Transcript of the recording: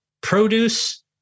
produce